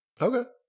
Okay